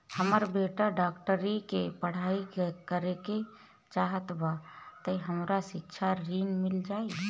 हमर बेटा डाक्टरी के पढ़ाई करेके चाहत बा त हमरा शिक्षा ऋण मिल जाई?